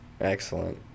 Excellent